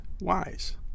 wise